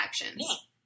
actions